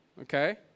okay